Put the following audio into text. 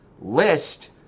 list